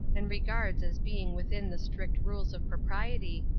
and regards as being within the strict rules of propriety,